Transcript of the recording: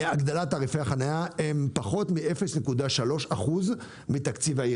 מהגדלת תעריפי החנייה הן פחות מ- 0.3% העירייה.